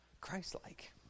Christ-like